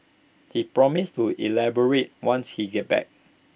he promises to elaborate once he gets back